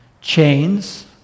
chains